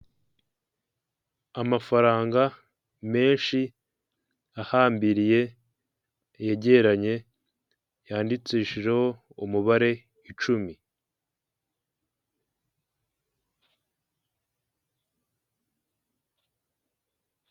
Amafaranga menshi ahambiriye yegeranye yandikishijeho umubare icumi.